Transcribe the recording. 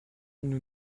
nous